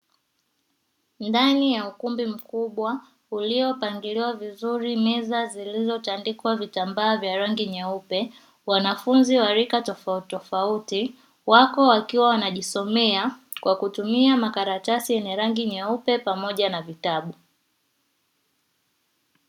Ndani ya ukumbi mkubwa uliopangiliwa vizuri meza zilizotandikwa vitambaa vya rangi nyeupe, wanafunzi wa rika tofauti tofauti wako wakiwa wanajisomea kwa kutumia makaratasi yenye rangi nyeupe pamoja na vitabu.